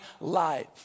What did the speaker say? life